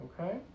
Okay